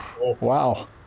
Wow